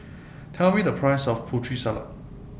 Tell Me The Price of Putri Salad